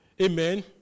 Amen